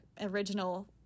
original